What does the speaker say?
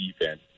defense